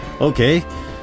Okay